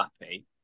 happy